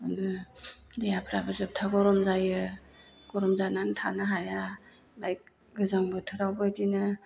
देहाफ्राबो जोबथा गरम जायो गरम जानानै थानो हाया लाइक गोजां बोथोरावबो इदिनो